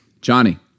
Johnny